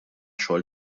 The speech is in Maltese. xogħol